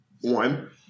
one